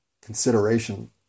consideration